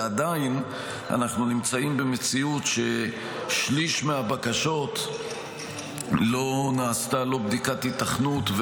ועדיין אנחנו נמצאים במציאות שבה לשליש מהבקשות לא נעשתה בדיקת היתכנות,